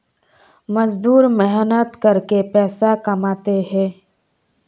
मजदूर मेहनत करके पैसा कमाते है